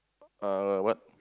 ah what